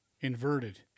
inverted